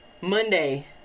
Monday